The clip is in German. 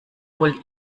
wohl